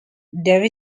there